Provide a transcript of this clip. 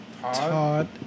Todd